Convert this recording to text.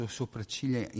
sopracciglia